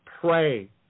pray